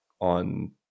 on